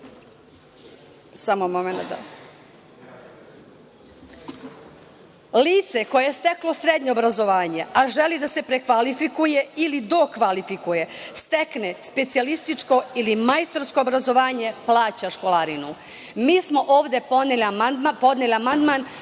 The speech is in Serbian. lice koje je steklo srednje obrazovanje, a želi da se prekvalifikuje ili dokvalifikuje, stekne specijalističko ili majstorsko obrazovanje, plate školarinu. Mi smo ovde podneli amandman